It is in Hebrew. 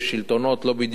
שלטונות לא בדיוק